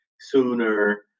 sooner